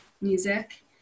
music